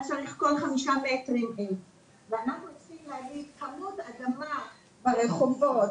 אנחנו צריכים להגיד כמות אדמה ברחובות